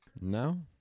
No